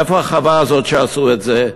איפה החווה הזאת שבה עשו את זה.